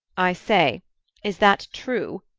i say is that true?